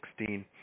2016